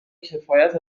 کفایت